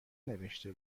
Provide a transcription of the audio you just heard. نوشته